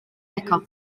beca